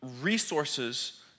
resources